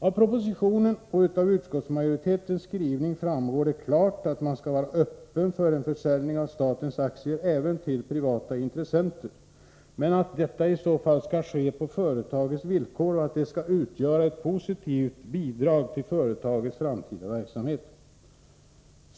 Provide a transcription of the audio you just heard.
Av propositionen och utskottsmajoritetens skrivning framgår det klart att man skall vara öppen för en försäljning av statens aktier även till privata intressenter men att detta i så fall skall ske på företagets villkor och att det skall utgöra ett positivt bidrag till företagets framtida verksamhet.